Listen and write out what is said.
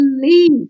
believe